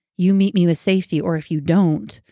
you meet me with safety. or if you don't,